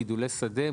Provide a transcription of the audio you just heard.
גידולי שדה,